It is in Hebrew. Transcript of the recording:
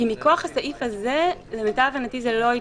למיטב הבנתי, מכוח הסעיף הזה זה לא יתאפשר.